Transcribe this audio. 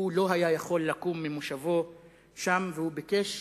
הוא לא היה יכול לקום ממושבו שם, והוא ביקש